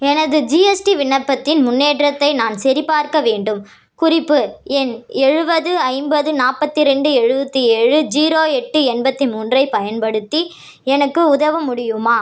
எனது ஜிஎஸ்டி விண்ணப்பத்தின் முன்னேற்றத்தை நான் சரிபார்க்க வேண்டும் குறிப்பு எண் எழுபது ஐம்பது நாற்பத்தி ரெண்டு எழுபத்தி ஏழு ஜீரோ எட்டு எண்பத்தி மூன்றைப் பயன்படுத்தி எனக்கு உதவ முடியுமா